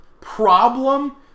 problem